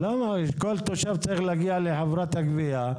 כל תושב צריך להגיע לחברת הגבייה,